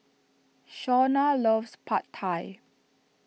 Shawnna loves Pad Thai